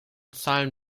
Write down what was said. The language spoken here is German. zahlen